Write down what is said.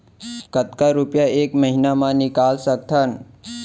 कतका रुपिया एक महीना म निकाल सकथन?